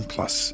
Plus